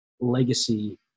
legacy